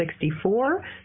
64